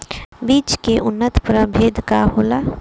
बीज के उन्नत प्रभेद का होला?